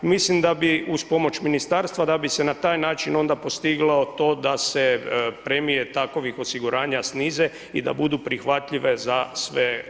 Mislim da bi uz pomoć ministarstva, da bi se na taj način onda postiglo to da se premije takovih osiguranja snize i da budu prihvatljive za sve korisnike.